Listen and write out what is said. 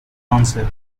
answer